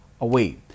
away